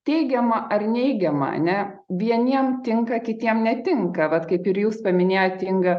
teigiama ar neigiama ar ne vieniem tinka kitiem netinka vat kaip ir jūs paminėjot inga